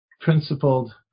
principled